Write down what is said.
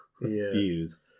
views